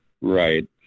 Right